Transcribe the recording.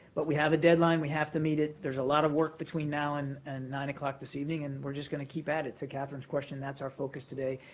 but we have a deadline, we have to meet it. there's a lot of work between now and and nine o'clock this evening, and we're just going to keep at it. to catherine's question, that's our focus today,